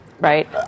right